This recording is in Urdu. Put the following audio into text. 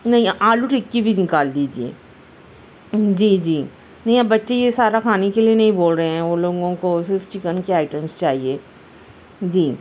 نہیں آلو ٹکی بھی نکال دیجئے جی جی نہیں یہ بچے اب یہ سارا کھانے کے لئے نہیں بول رہے ہیں وہ لوگوں کو صرف چکن کے آئٹمز چاہیے جی